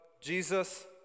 Jesus